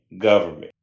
government